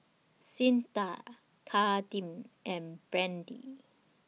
Cyntha Kadeem and Brady